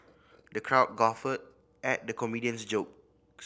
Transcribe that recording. the crowd guffawed at the comedian's jokes